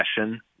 session